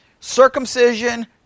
circumcision